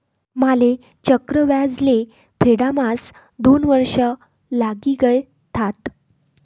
माले चक्रव्याज ले फेडाम्हास दोन वर्ष लागी गयथात